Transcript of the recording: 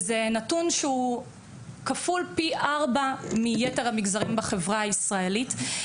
זה נתון שהוא כפול פי ארבעה מיתר המגזרים בחברה הישראלית.